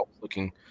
Looking